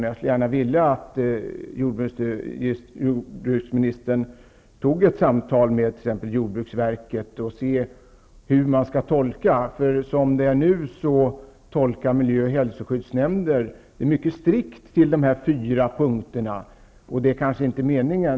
Jag skulle vilja att jordbruksministern samtalar med t.ex. jordbruksverket och ser över tolkningen. Nu tolkar miljö och hälsoskyddsnämnder dessa fyra punkter mycket strikt. Det är kanske inte meningen.